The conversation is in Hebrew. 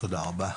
תודה רבה.